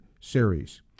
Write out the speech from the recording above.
series